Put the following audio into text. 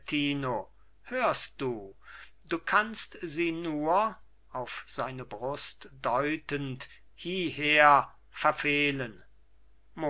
gianettino hörst du du kannst sie nur auf seine brust deutend hieher verfehlen